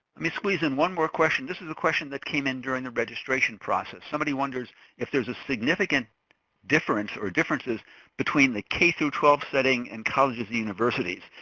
me squeeze in one more question, this is a question that came in during the registration process. somebody wonders if there is a significant difference or differences between the k so twelve setting and colleges and universities,